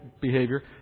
behavior